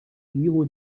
jieħu